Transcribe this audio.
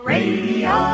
Radio